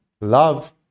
Love